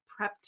prepped